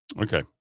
Okay